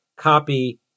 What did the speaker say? Copy